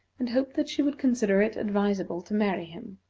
and hoped that she would consider it advisable to marry him.